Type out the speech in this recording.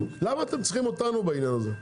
למה אתם צריכים אותנו בעניין הזה?